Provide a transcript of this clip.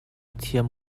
thiam